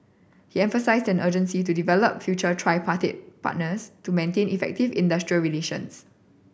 he emphasised an urgency to develop future tripartite party partners to maintain effective industrial relations